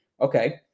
Okay